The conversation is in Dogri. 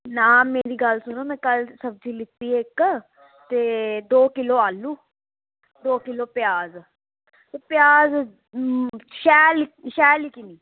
ना मेरी गल्ल् सुनो में कल दी सब्जी लिती इक ते दो किलो आलूं दो किलो प्याज प्याज शैल शैल